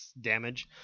Damage